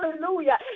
Hallelujah